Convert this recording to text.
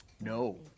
no